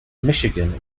michigan